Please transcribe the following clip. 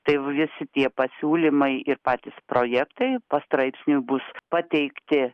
tai visi tie pasiūlymai ir patys projektai pastraipsniui bus pateikti